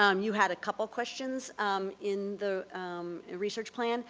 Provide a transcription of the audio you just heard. um you had a couple questions um in the research plan.